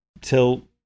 till